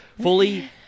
fully